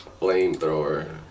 Flamethrower